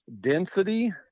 density